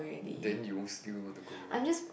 then you won't still want to go where